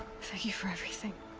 thank you for everything.